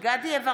דסטה גדי יברקן,